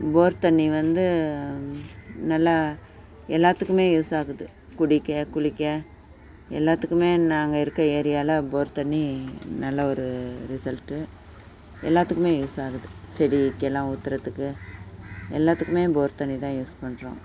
போர் தண்ணி வந்து நல்லா எல்லாத்துக்குமே யூஸ் ஆகுது குடிக்க குளிக்க எல்லாத்துக்குமே நாங்கள் இருக்க ஏரியாவில போர் தண்ணி நல்ல ஒரு ரிசல்ட்டு எல்லாத்துக்குமே யூஸ் ஆகுது செடிக்கெல்லாம் ஊற்றுறத்துக்கு எல்லாத்துக்குமே போர் தண்ணி தான் யூஸ் பண்ணுறோம்